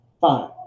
Fine